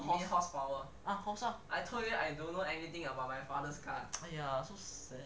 horse ah horse ah !aiya! so sad